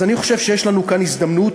אז אני חושב שיש לנו כאן הזדמנות.